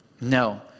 No